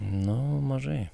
nu mažai